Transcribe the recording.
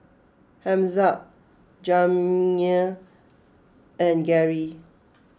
Hamza Jamey and Gary